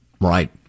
Right